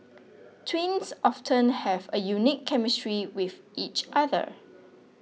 twins often have a unique chemistry with each other